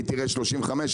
היא תראה רק 35 שקלים,